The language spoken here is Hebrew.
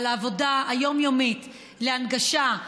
על העבודה היומיומית להנגשה,